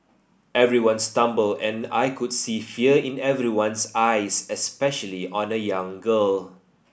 everyone stumbled and I could see fear in everyone's eyes especially on a young girl